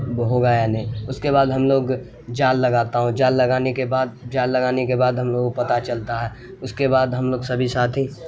وہ ہوگا یا نہیں اس کے بعد ہم لوگ جال لگاتا ہوں جال لگانے کے بعد جال لگانے کے بعد ہم لوگوں کو پتا چلتا ہے اس کے بعد ہم لوگ سبھی ساتھی